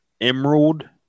emerald